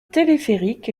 téléphérique